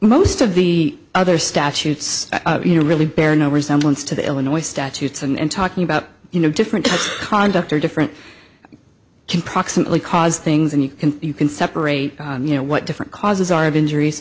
most of the other statutes you know really bear no resemblance to the illinois statutes and talking about you know different conduct or different can proximately caused things and you can you can separate you know what different causes are of injuries